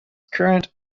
current